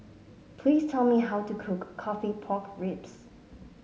please tell me how to cook coffee Pork Ribs